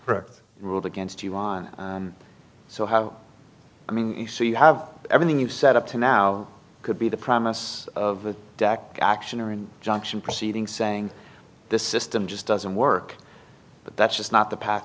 ruled against you on and so have i mean so you have everything you've said up to now could be the promise of dec action or in junction proceeding saying this system just doesn't work but that's just not the path